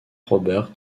roberts